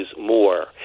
more